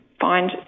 find